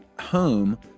home